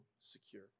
secure